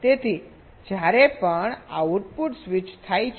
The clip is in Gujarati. તેથી જ્યારે પણ આઉટપુટ સ્વિચ થાય છે